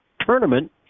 tournament